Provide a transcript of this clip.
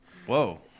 whoa